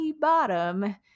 bottom